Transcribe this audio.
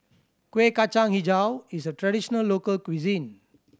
Kuih Kacang Hijau is a traditional local cuisine